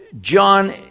John